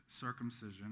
circumcision